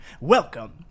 Welcome